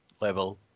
level